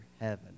heaven